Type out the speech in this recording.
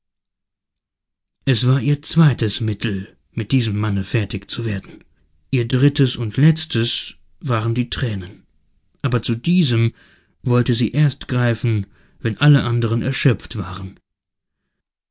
es war ihr zweites mittel mit diesem manne fertig zu werden ihr drittes und letztes waren die tränen aber zu diesem wollte sie erst greifen wenn alle anderen erschöpft waren